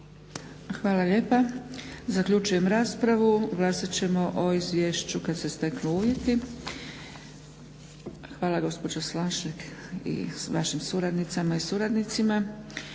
Hvala lijepo. Zaključujem raspravu. Glasat ćemo o izvješću kada se steknu uvjeti. Hvala gospođo Slonjšak i vašim suradnicama i suradnicima.